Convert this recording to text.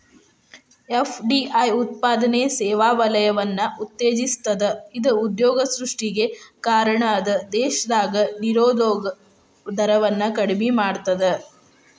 FDI ಉತ್ಪಾದನೆ ಸೇವಾ ವಲಯವನ್ನ ಉತ್ತೇಜಿಸ್ತದ ಇದ ಉದ್ಯೋಗ ಸೃಷ್ಟಿಗೆ ಕಾರಣ ಅದ ದೇಶದಾಗ ನಿರುದ್ಯೋಗ ದರವನ್ನ ಕಡಿಮಿ ಮಾಡ್ತದ